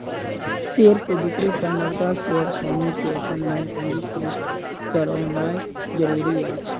share के बिक्री पर नबका शेयर स्वामी के अपन नाम पंजीकृत करौनाइ जरूरी अछि